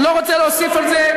אני לא רוצה להוסיף על זה,